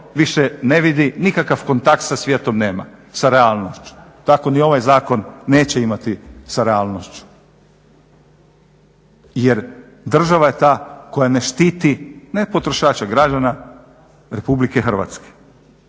više ne vidi nikakav kontakt sa svijetom nema, sa realnošću, tako ni ovaj zakon neće imati sa realnošću jer država je ta koja ne štiti ne potrošača građana RH.